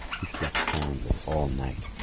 he slept soundly all night.